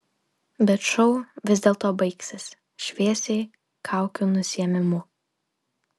bet šou vis dėlto baigsis šviesiai kaukių nusiėmimu